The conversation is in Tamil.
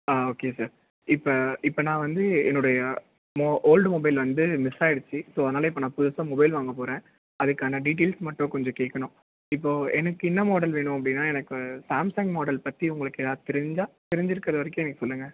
ஆ ஓகே சார் இப்போ இப்போ நான் வந்து என்னுடைய மொ ஓல்டு மொபைல் வந்து மிஸ் ஆயிடுச்சு ஸோ அதனால் இப்போ நான் புதுசாக மொபைல் வாங்கப்போகிறன் அதுக்கான டீட்டைல்ஸ் மட்டும் கொஞ்சம் கேட்கணும் இப்போது எனக்கு என்ன மாடல் வேணும் அப்படின்னா எனக்கு சாம்சங் மாடல் பற்றி உங்களுக்கு எதாவது தெரிஞ்சால் தெரிஞ்சிருக்கிற வரைக்கும் எனக்கு சொல்லுங்கள்